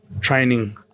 training